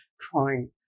trying